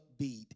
upbeat